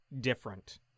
different